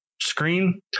screen